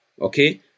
Okay